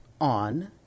on